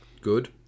Good